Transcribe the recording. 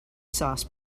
sauce